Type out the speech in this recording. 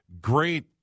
great